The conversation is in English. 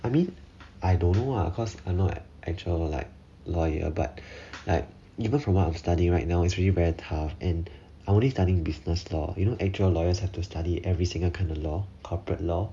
I mean I don't know lah cause I not actual like lawyer but like even from what I'm studying right now is really very tough and I only studying business law you know actual lawyers have to study every single kind of law corporate law